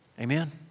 Amen